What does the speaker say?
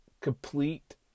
complete